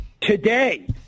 today